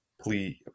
Please